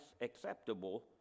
acceptable